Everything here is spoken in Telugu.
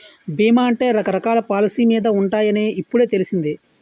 బీమా అంటే రకరకాల పాలసీ మీద ఉంటాయని ఇప్పుడే తెలిసింది